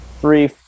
three